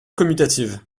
commutative